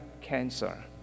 cancer